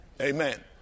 Amen